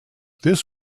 this